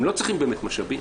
הם לא צריכים באמת משאבים,